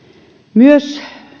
myös